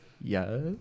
Yes